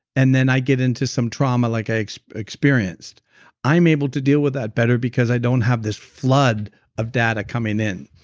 and then i get into some trauma like i experienced i'm able to deal with that better because i don't have this flood of data coming in.